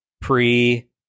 pre